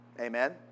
amen